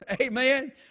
Amen